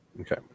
Okay